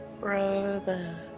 Brother